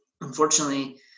unfortunately